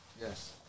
Yes